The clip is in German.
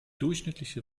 durchschnittliche